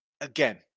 Again